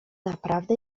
naprawdę